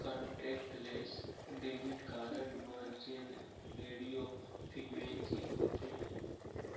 contactless debit card म जेन radio frequency होथे